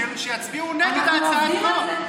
שיצביעו נגד הצעת החוק.